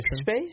space